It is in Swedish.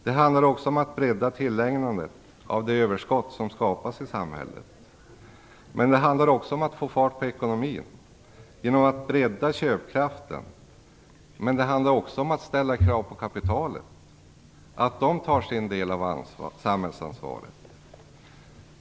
Det handlar om att bredda tillägnandet av det överskott som skapas i samhället, men det handlar också om att få fart på ekonomin genom att köpkraften breddas. Men det gäller också att ställa krav på kapitalet så att det tar sin del av samhällsansvaret.